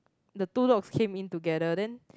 the two dogs came in together then